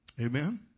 Amen